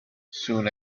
soon